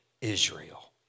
Israel